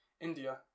India